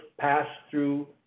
pass-through